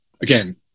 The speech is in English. again